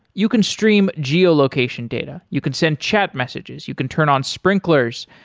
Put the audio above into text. you can stream geo-location data. you can send chat messages, you can turn on sprinklers,